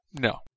No